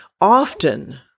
often